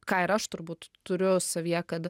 ką ir aš turbūt turiu savyje kad